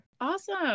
awesome